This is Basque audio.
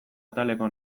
ataleko